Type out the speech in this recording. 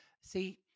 See